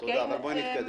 תודה, אבל בואי נתקדם.